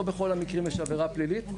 לא בכל המקרים יש עבירה פלילית.